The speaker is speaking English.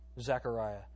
Zechariah